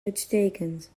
uitstekend